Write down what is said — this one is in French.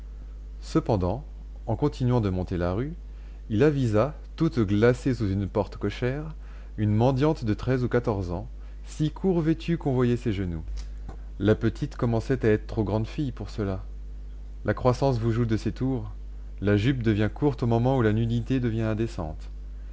cependant en continuant de monter la rue il avisa toute glacée sous une porte cochère une mendiante de treize ou quatorze ans si court vêtue qu'on voyait ses genoux la petite commençait à être trop grande fille pour cela la croissance vous joue de ces tours la jupe devient courte au moment où la nudité devient